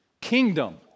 kingdom